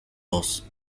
bos